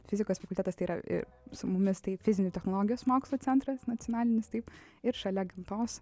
fizikos fakultetas tai yra ir su mumis tai fizinių technologijos mokslų centras nacionalinis taip ir šalia gamtos